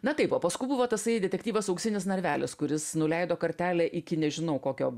na taip o paskui buvo tasai detektyvas auksinis narvelis kuris nuleido kartelę iki nežinau kokio